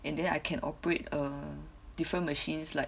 and then I can operate err different machines like